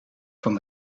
van